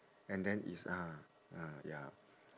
and then it's uh uh ya